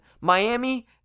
miami